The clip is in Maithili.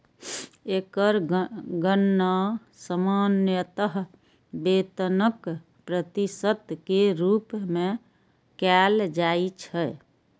एकर गणना सामान्यतः वेतनक प्रतिशत के रूप मे कैल जाइ छै